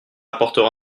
apportera